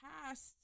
past